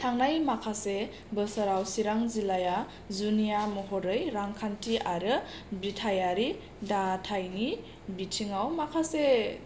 थांनाय माखासे बोसोराव चिरां जिल्लाया जुनिया महरै रांखान्थि आरो बिथायारि दाथायनि बिथिङाव माखासे